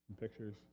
pictures